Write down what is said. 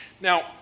Now